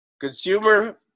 Consumer